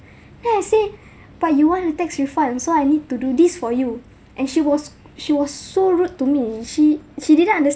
then I say but you want the tax refund so I need to do this for you and she was she was so rude to me she she didn't understand